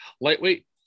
Lightweight